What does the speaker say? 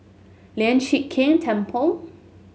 Lian Chee Kek Temple